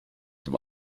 dem